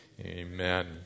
amen